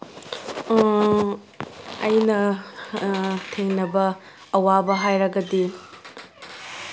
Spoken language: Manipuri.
ꯑꯩꯅ ꯊꯦꯡꯅꯕ ꯑꯋꯥꯕ ꯍꯥꯏꯔꯒꯗꯤ